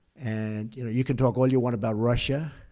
and you can talk all you want about russia,